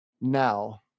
now